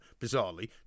bizarrely